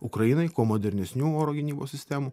ukrainai kuo modernesnių oro gynybos sistemų